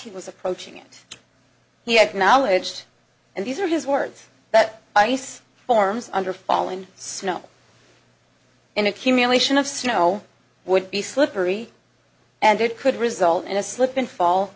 he was approaching it he acknowledged and these are his words that ice forms under falling snow an accumulation of snow would be slippery and it could result in a slip and fall